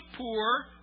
poor